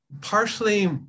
partially